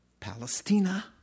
Palestina